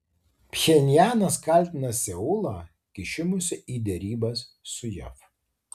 pchenjanas kaltina seulą kišimusi į derybas su jav